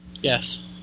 Yes